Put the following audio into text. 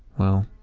well,